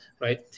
right